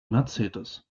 mercedes